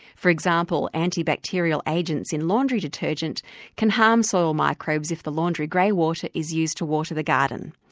for example, antibacterial agents in laundry detergent can harm soil microbes if the laundry grey water is used to water the garden.